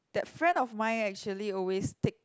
that friend of mine actually always take